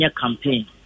campaign